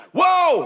Whoa